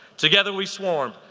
together we swarm,